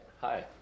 Hi